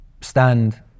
stand